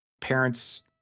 parents